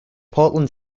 portland